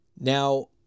Now